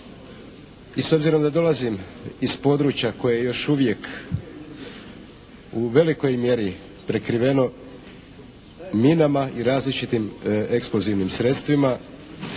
i s obzirom da dolazim iz područja koje je još uvijek u velikoj mjeri prekriveno minama i različitim eksplozivnim sredstvima